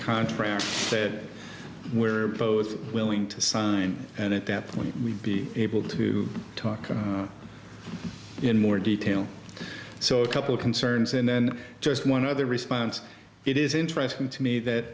contract that we're both willing to sign and at that point we'd be able to talk in more detail so a couple concerns and then just one other response it is interesting to me